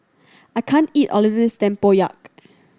I can't eat all of this tempoyak